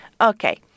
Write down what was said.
Okay